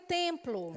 templo